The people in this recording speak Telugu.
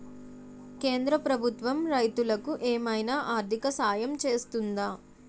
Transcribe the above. కేంద్ర ప్రభుత్వం రైతులకు ఏమైనా ఆర్థిక సాయం చేస్తుందా?